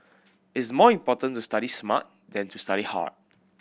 it is more important to study smart than to study hard